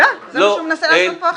עובדה, זה מה שהוא מנסה לעשות כרגע.